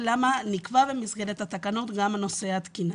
ולמה נקבע במסגרת התקנות גם נושא התקינה.